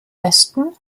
westen